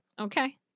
Okay